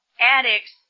addicts